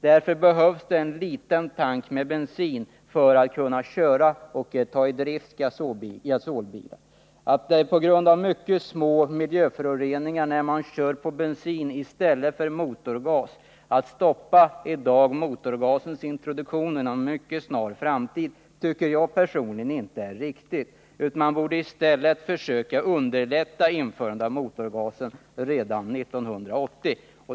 Därför behövs det en liten tank med bensin för att man skall kunna köra och ta i drift gasbilar. Jag tycker personligen inte att det är riktigt att stoppa en introduktion av motorgas inom en mycket snar framtid på grund av att det blir vissa små miljöföroreningar när man kör en gasbil på bensin i stället för att köra på motorgas. Man borde i stället söka underlätta införande av motorgasen redan 1980.